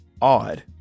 odd